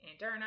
Anderna